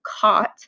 caught